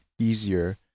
easier